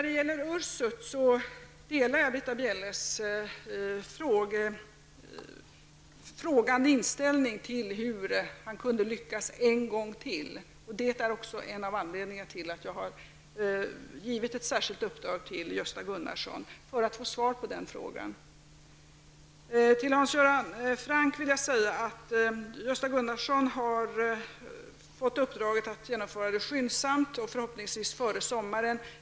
Beträffande Ursuts rymning delar jag Britta Bjelles frågande inställning till hur han kunde lyckas en gång till. En av anledningarna till att jag har givit ett särskilt uppdrag till Gösta Gunnarsson är att få svar på den frågan. Till Hans Göran Franck vill jag säga att Gösta Gunnarsson har uppmanats att utföra uppdraget skyndsamt och förhoppningsvis före sommaren.